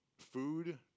food